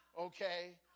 Okay